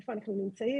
איפה אנחנו נמצאים.